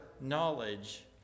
knowledge